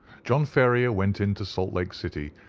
john ferrier went in to salt lake city,